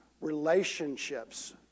relationships